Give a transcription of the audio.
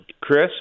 Chris